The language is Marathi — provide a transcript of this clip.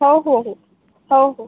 हो हो हो हो हो